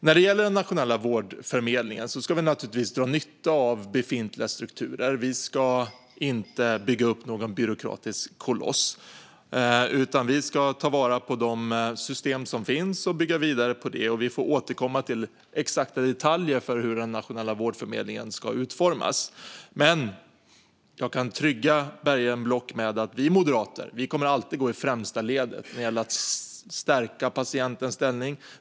När det gäller den nationella vårdförmedlingen ska vi naturligtvis dra nytta av befintliga strukturer. Vi ska inte bygga upp någon byråkratisk koloss, utan vi ska ta vara på de system som finns och bygga vidare på dem. Vi får återkomma till de exakta detaljerna om hur den nationella vårdförmedlingen ska utformas. Jag kan dock lugna ledamoten Bergenblock med att vi moderater alltid kommer att gå i främsta ledet när det gäller att stärka patientens ställning.